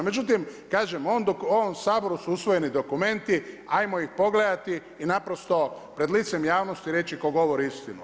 Međutim kažem u ovom Saboru su usvojeni dokumenti, hajmo ih pogledati i naprosto pred licem javnosti reći tko govori istinu.